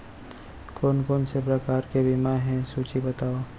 कोन कोन से प्रकार के बीमा हे सूची बतावव?